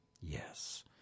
Yes